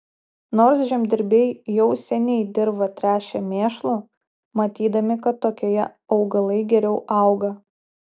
nors žemdirbiai jau seniai dirvą tręšė mėšlu matydami kad tokioje augalai geriau auga